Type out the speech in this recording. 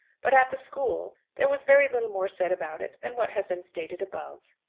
but at the school there was very little more said about it than what has been stated above.